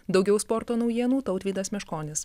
daugiau sporto naujienų tautvydas meškonis